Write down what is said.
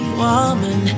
woman